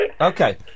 Okay